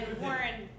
Warren